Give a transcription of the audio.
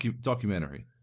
Documentary